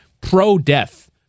pro-death